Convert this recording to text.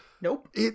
Nope